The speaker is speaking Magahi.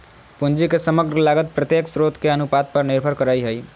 पूंजी के समग्र लागत प्रत्येक स्रोत के अनुपात पर निर्भर करय हइ